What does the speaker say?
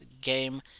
game